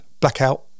blackout